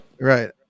Right